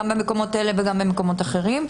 גם במקומות האלה וגם במקומות אחרים.